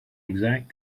exact